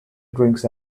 drinks